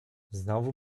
znowu